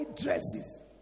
dresses